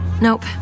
Nope